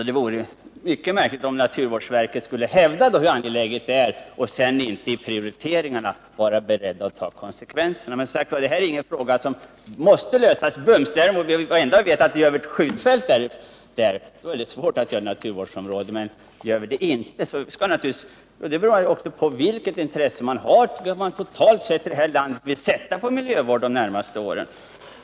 Det vore mycket märkligt om naturvårdsverket skulle hävda hur angeläget det är att området blir naturvårdsområde, men sedan, i prioriteringarna, inte vara berett att ta konsekvenserna av detta. Men det här är ingen fråga som måste avgöras omedelbart. Det enda jag vet äratt vi behöver ett skjutfält, och då är det svårt att göra ett naturvårdsområde av området. Anlägger vi inte ett skjutfält kan naturligtvis Bjärsjö bli ett naturvårdsområde. Det beror naturligtvis också på vilket intresse man totalt sett i det här landet kommer att ha för miljövård de närmaste åren.